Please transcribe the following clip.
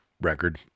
record